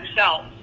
know